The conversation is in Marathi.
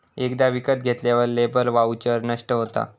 एकदा विकत घेतल्यार लेबर वाउचर नष्ट होता